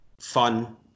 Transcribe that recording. fun